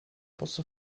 posso